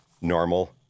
normal